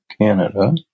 Canada